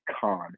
con